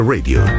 Radio